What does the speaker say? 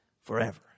forever